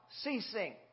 ceasing